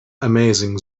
amazing